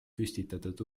püstitatud